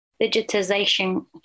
digitization